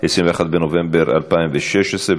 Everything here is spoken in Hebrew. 21 בנובמבר 2016,